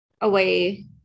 Away